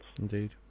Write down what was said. Indeed